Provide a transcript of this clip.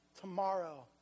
tomorrow